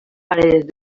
paredes